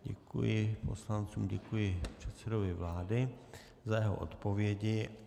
Děkuji poslancům, děkuji předsedovi vlády za jeho odpovědi.